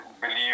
believe